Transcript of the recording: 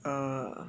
err